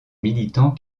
militants